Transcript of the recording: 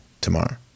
tomorrow